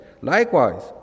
Likewise